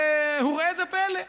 וראה איזה פלא,